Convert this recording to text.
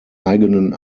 eigenen